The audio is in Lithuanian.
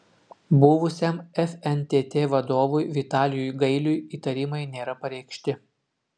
buvusiam fntt vadovui vitalijui gailiui įtarimai nėra pareikšti